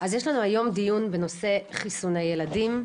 היום דיון על בנושא חיסוני ילדים,